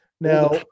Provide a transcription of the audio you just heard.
Now